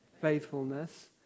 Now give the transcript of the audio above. faithfulness